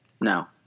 No